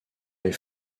les